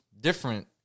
different –